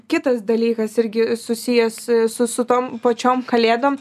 kitas dalykas irgi susijęs su su tom pačiom kalėdom